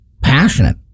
passionate